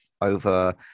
over